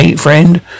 Friend